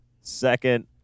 second